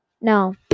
No